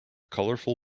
colorful